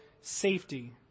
safety